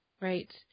Right